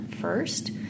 first